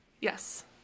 Yes